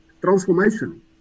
Transformation